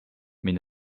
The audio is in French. mais